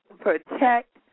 protect